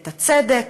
את הצדק,